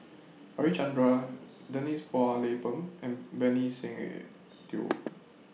Harichandra Denise Phua Lay Peng and Benny Se Teo